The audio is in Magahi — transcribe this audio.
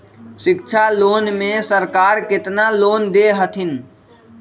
शिक्षा लोन में सरकार केतना लोन दे हथिन?